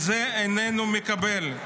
את זה אינני מקבל.